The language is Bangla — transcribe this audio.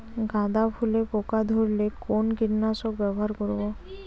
গাদা ফুলে পোকা ধরলে কোন কীটনাশক ব্যবহার করব?